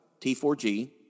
T4G